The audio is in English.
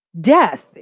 Death